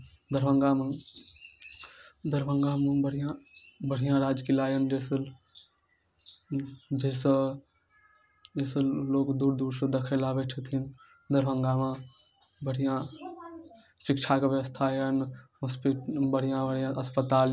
खादमे दैकऽ बलामे हमसब साइडमे हमसब खेत कै दै छियै बिन खाद बलामे हमसब साइड खेत कै दै छियै दू तरहक दालि उपजाबैत छी दू तरहके दालिके रखैत छी मूँगके दालि उपजाबैत छी मसूरके दालि हमसब उपजाबैत छी खेसारीके दालि उपजाबै छी जाहिमे खेसारीमे हमसब खाद नहि दै छी